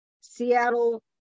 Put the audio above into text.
Seattle